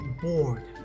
bored